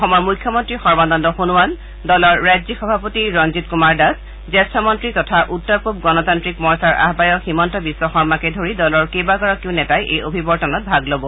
অসমৰ মুখ্যমন্ত্ৰী সৰ্বানন্দ সোণোৱাল দলৰ ৰাজ্যিক সভাপতি ৰঞ্জিত কুমাৰ দাস জ্যেষ্ঠ মন্ত্ৰী তথা উত্তৰ পূব গণতান্ত্ৰিক মৰ্চাৰ আহায়ক হিমন্ত বিশ্ব শৰ্মাকে ধৰি দলৰ কেইবাগৰাকীও নেতাই এই অভিৱৰ্তনত ভাগ লব